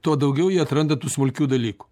tuo daugiau jie atranda tų smulkių dalykų